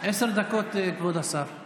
עשר דקות, כבוד השר.